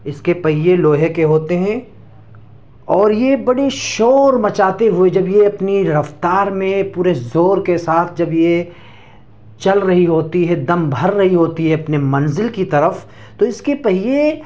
اس کے پہیے لوہے کے ہوتے ہیں اور یہ بڑی شور مچاتے ہوئے جب یہ اپنی رفتار میں پورے زور کے ساتھ جب یہ چل رہی ہوتی ہے دم بھر رہی ہوتی ہے اپنے منزل کی طرف تو اس کے پہیے